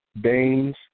Baines